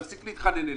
להפסיק להתחנן אליהם.